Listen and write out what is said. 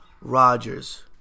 Rodgers